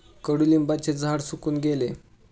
कडुलिंबाचे झाड सुकून गेले